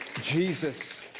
Jesus